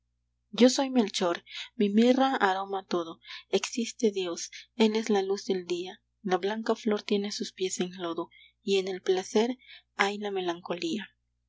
yo soy melchor mi mirra aroma todo existe dios él es la luz del día la blanca flor tiene sus pies en lodo y en el placer hay la melancolía